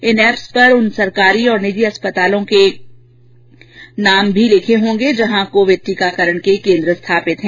इन apps पर उन सरकारी और निजी अस्पतालों के नाम लिखे होंगे जहां कोविड टीकारण के केन्द्र स्थापित हैं